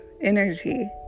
energy